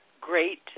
great